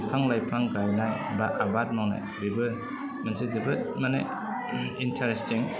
बिफां लाइफां गायनाय बा आबाद मावनाय बेबो मोनसे जोबोद माने इन्टारेस्टिं